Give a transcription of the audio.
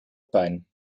pijn